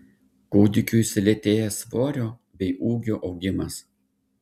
kūdikiui sulėtėja svorio bei ūgio augimas